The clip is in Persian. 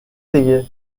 دیگه